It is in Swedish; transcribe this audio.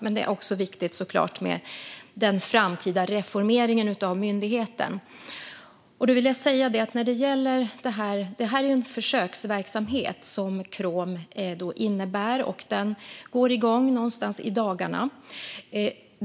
Men den framtida reformeringen av myndigheten är såklart också viktig. KROM är en försöksverksamhet som går igång i dagarna.